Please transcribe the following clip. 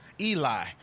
Eli